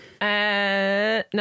No